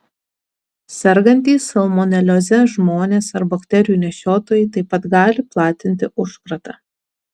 sergantys salmonelioze žmonės ar bakterijų nešiotojai taip pat gali platinti užkratą